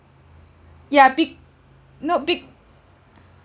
ya be~ no